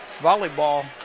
Volleyball